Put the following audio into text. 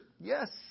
Yes